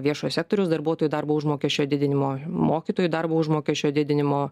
viešo sektoriaus darbuotojų darbo užmokesčio didinimo mokytojų darbo užmokesčio didinimo